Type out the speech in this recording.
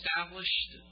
established